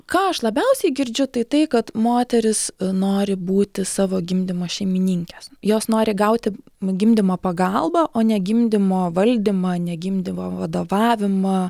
ką aš labiausiai girdžiu tai tai kad moteris nori būti savo gimdymo šeimininkės jos nori gauti gimdymo pagalbą o ne gimdymo valdymą ne gimdymo vadovavimą